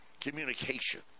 communication